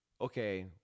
okay